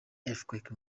earthquake